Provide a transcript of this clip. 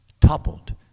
toppled